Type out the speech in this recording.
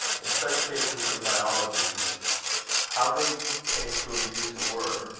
in such cases of biology how they came to abuse the word,